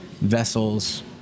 vessels